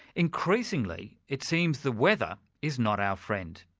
increasingly, it seems the weather is not our friend.